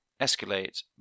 Escalate